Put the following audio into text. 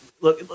look